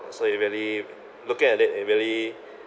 so it really looking at it it really